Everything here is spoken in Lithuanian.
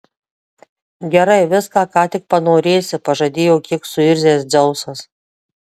gerai viską ką tik panorėsi pažadėjo kiek suirzęs dzeusas